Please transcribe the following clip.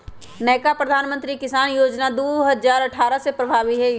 नयका प्रधानमंत्री किसान जोजना दू हजार अट्ठारह से प्रभाबी हइ